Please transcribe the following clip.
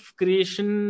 creation